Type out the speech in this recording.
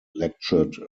lectured